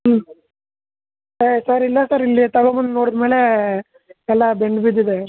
ಹ್ಞೂ ಏಯ್ ಸರ್ ಇಲ್ಲ ಸರ್ ಇಲ್ಲಿ ತಗೊಬಂದು ನೋಡಿದ ಮೇಲೇ ಎಲ್ಲ ಬೆಂಡ್ ಬಿದ್ದಿದೆ